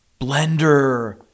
Blender